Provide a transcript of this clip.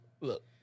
look